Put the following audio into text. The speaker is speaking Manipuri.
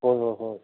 ꯍꯣꯏ ꯍꯣꯏ ꯍꯣꯏ